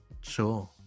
sure